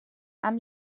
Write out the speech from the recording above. amb